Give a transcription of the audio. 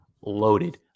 loaded